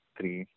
Three